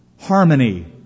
harmony